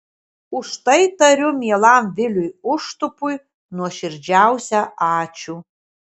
už tai tariu mielam viliui užtupui nuoširdžiausią ačiū